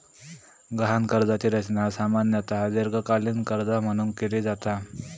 गहाण कर्जाची रचना सामान्यतः दीर्घकालीन कर्जा म्हणून केली जाता